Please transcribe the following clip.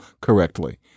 correctly